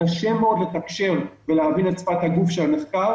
קשה מאוד לתקשר ולהבין את שפת הגוף של הנחקר